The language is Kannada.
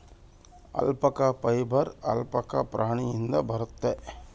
ಅಲ್ಪಕ ಫೈಬರ್ ಆಲ್ಪಕ ಪ್ರಾಣಿಯಿಂದ ಬರುತ್ತೆ